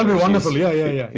ah wonderful. yeah yeah yeah,